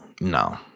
No